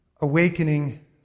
Awakening